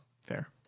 Fair